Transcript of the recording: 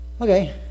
Okay